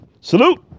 Salute